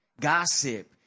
Gossip